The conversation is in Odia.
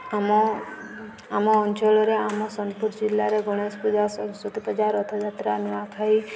ଆମ ଆମ ଅଞ୍ଚଳରେ ଆମ ସୋନପୁର ଜିଲ୍ଲାରେ ଗଣେଶ ପୂଜା ସରସ୍ଵତୀ ପୂଜା ରଥଯାତ୍ରା ନୂଆଖାଇ